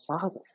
Father